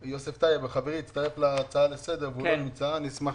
כאן, אשמח